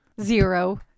zero